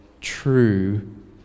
true